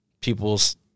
people's